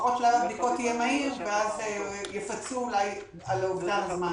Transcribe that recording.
לפחות שלב הבדיקות יהיה מהיר ואז יפצו אולי על אובדן הזמן.